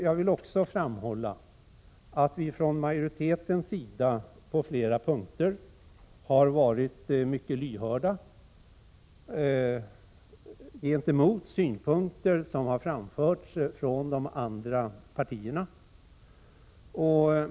Jag vill också framhålla att vi från majoritetens sida på flera punkter har varit mycket lyhörda för synpunkter som har framförts av de olika partierna.